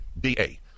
DA